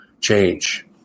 change